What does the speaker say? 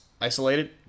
Isolated